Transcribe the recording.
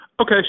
Okay